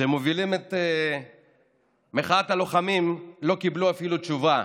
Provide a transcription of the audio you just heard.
שמובילים את מחאת הלוחמים, לא קיבלו אפילו תשובה,